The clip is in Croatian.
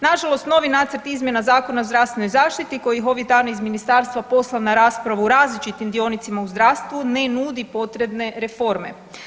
Nažalost novi nacrt izmjena Zakona o zdravstvenoj zaštiti koji je ovih dana iz ministarstva poslan na raspravu različitim dionicima u zdravstvu ne nudi potrebne reforme.